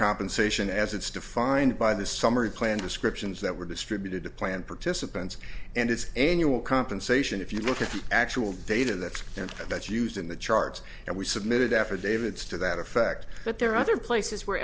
compensation as it's defined by the summary plan descriptions that were distributed to planned participants and its annual compensation if you look at the actual data that's and that's used in the charts and we submitted affidavits to that effect but there are other places where